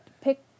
pick